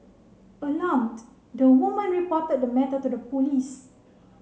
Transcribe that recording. alarmed the woman reported the matter to the police